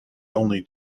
only